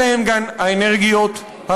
אלה הן גם האנרגיות הזולות.